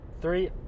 three